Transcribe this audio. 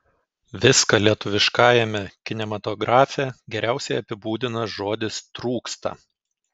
viską lietuviškajame kinematografe geriausiai apibūdina žodis trūksta